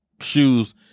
shoes